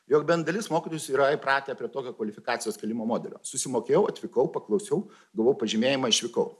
jog bent dalis mokytojų yra įpratę prie tokio kvalifikacijos kėlimo modelio susimokėjau atvykau paklausiau gavau pažymėjimą išvykau